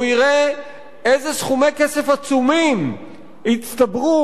והוא יראה איזה סכומי כסף עצומים הצטברו